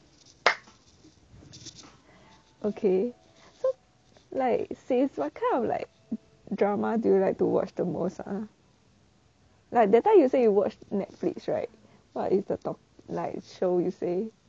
okay so like sis what kind of like drama do you like to watch the most ah like that time you say you watch netflix right what is the topic like show you say